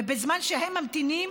ובזמן שהם ממתינים,